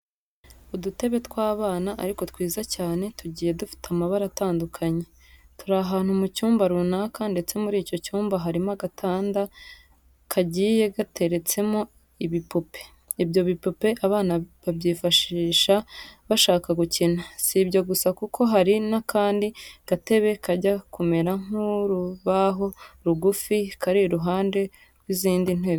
Udutebe tw'abana ariko twiza cyane, tugiye dufite amabara atandukanye. Turi ahantu mu cyumba runaka ndetse muri icyo cyumba harimo agatanda kagiye gateretsemo ibipupe. Ibyo bipupe abana babyifashisha bashaka gukina. Si ibyo gusa kuko hari n'akandi gatebe kajya kumera nk'urubaho rugufi kari iruhande rw'izindi ntebe.